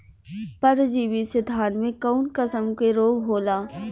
परजीवी से धान में कऊन कसम के रोग होला?